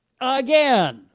again